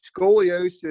scoliosis